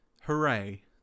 hooray